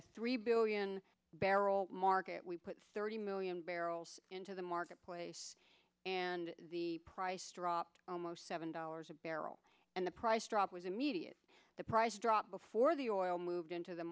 i three billion barrel market we put thirty million barrels into the marketplace and the price dropped almost seven dollars a barrel and the price drop was immediate the price drop before the moved into the